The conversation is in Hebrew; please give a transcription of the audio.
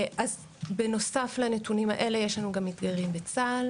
אז בנוסף לנתונים האלה יש לנו גם מתגיירים בצה"ל.